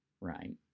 right